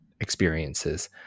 experiences